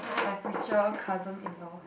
mu future cousin in law